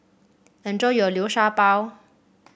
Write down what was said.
enjoy your Liu Sha Bao